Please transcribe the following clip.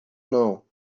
não